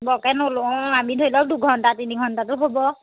বৰকৈ নলওঁ আমি ধৰক দুঘণ্টা তিনি ঘণ্টাতো হ'ব